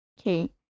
Okay